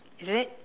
is it